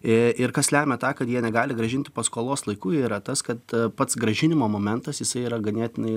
ir kas lemia tą kad jie negali grąžinti paskolos laiku yra tas kad pats grąžinimo momentas jisai yra ganėtinai